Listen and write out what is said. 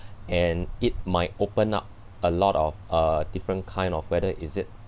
and it might open up a lot of uh different kind of whether is it